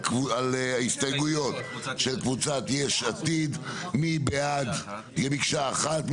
ההסתייגויות של קבוצת יש עתיד כמקשה אחת.